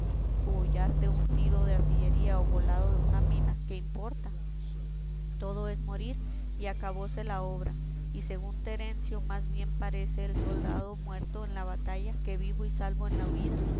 o ya de un tiro de artillería o volado de una mina qué importa todo es morir y acabóse la obra y según terencio más bien parece el soldado muerto en la batalla que vivo y salvo en la huida